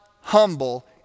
humble